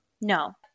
No